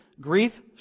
grief